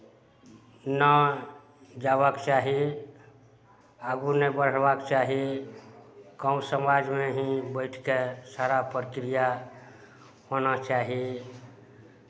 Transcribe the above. नहि जयबाक चाही आगू नहि बढ़बाक चाही गाँव समाजमे ही बैठि कऽ सारा प्रक्रिया होना चाही